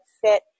fit